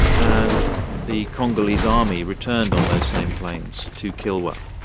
and the congolese army returned on those same planes, to kilwa,